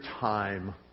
time